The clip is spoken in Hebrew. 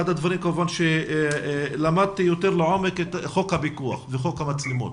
אחד הדברים שלמדתי יותר לעומק היה חוק הפיקוח וחוק המצלמות.